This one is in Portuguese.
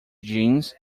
jeans